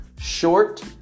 short